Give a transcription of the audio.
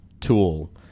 tool